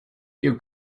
you